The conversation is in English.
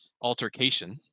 altercation